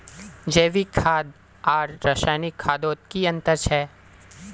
जैविक खाद आर रासायनिक खादोत की अंतर छे?